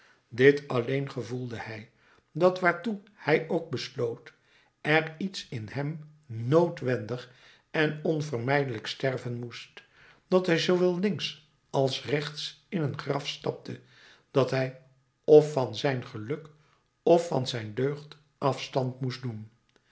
dit alleen gevoelde hij dat waartoe hij ook besloot er iets in hem noodwendig en onvermijdelijk sterven moest dat hij zoowel links als rechts in een graf stapte dat hij f van zijn geluk f van zijn deugd afstand moest doen